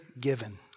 given